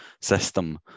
system